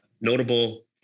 notable